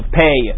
pay